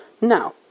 Now